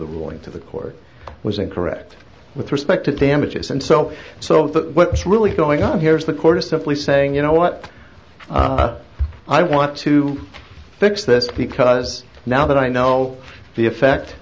the ruling to the court was incorrect with respect to amateurs and so so what's really going on here is the court essentially saying you know what i want to fix this because now that i know the effect